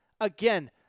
Again